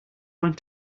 want